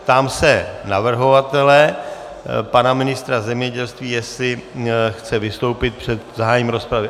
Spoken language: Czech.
Ptám se navrhovatele, pana ministra zemědělství, jestli chce vystoupit před zahájením rozpravy.